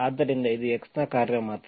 ಆದ್ದರಿಂದ ಇದು x ನ ಕಾರ್ಯ ಮಾತ್ರ